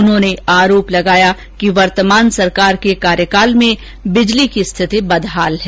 उन्होंने आरोप लगाया कि वर्तमान सरकार के कार्यकाल में बिजली की स्थिति बदहाल है